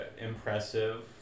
impressive